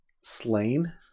Slain